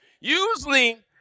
Usually